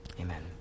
amen